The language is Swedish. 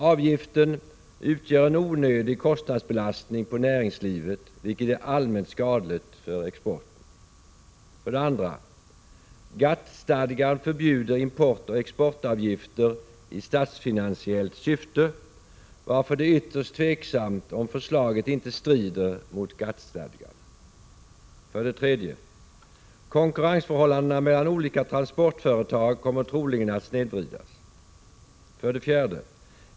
Avgiften utgör en onödig kostnadsbelastning på näringslivet, vilket är allmänt skadligt för exporten. 2. GATT-stadgan förbjuder importoch exportavgifter i statsfinansiellt syfte, varför det är ytterst tveksamt om förslaget inte strider mot GATT:-stadgan. 3. Konkurrensförhållandena mellan olika transportföretag kommer troligen att snedvridas. 4.